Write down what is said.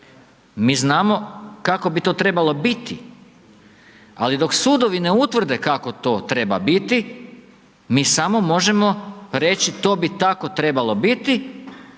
Mi znamo kako bi to trebalo biti, ali dok sudovi ne utvrde kako to trebalo biti, mi samo možemo reći, to bi tako trebalo biti,